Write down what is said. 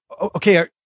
okay